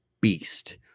beast